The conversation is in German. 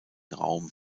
raum